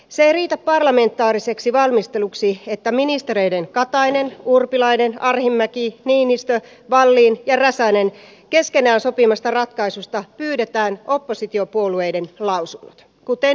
se ei riitä parlamentaariseksi valmisteluksi että ministereiden katainen urpilainen arhinmäki niinistö wallin ja räsänen keskenään sopimasta ratkaisusta pyydetään oppositiopuolueiden lausunnot kuten nyt kävi